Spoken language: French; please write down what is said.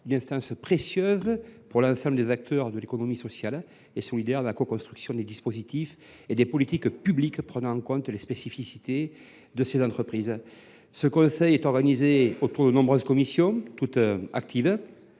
d’une instance précieuse pour l’ensemble des acteurs de l’économie sociale et solidaire, pour la coconstruction des dispositifs et des politiques publiques prenant en compte les spécificités de ces entreprises. Ce conseil est organisé autour de nombreuses commissions, toutes actives.